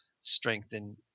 strengthen